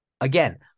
Again